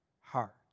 heart